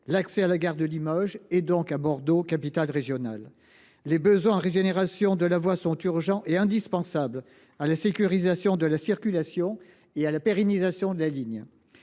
français, et empêche de rejoindre Bordeaux, capitale régionale, Limoges. Les besoins de régénération de la voie sont urgents et indispensables à la sécurisation de la circulation et à la pérennisation de la ligne.